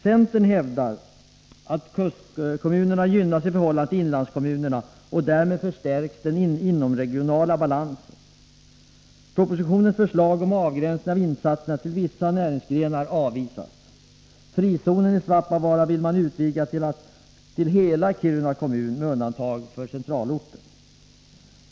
Centern hävdar att kustkommunerna gynnas i förhållande till inlandskommunerna och att därmed den inomregionala balansen förstärks. Propositionens förslag om avgränsning av insatserna till vissa iringsgrenar avvisas. Frizonen i Svappavaara vill man utvidga till hela Kiruna kommun med undantag för centralorten.